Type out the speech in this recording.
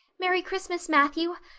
merry christmas, matthew!